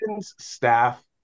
staff